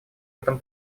этом